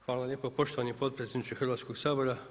Hvala lijepo poštovani potpredsjedniče Hrvatskog sabora.